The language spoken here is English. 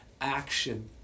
action